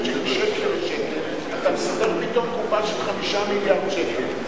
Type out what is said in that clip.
עם "מצ'ינג" שקל לשקל אתה מסדר פתאום קופה של 5 מיליארד שקל.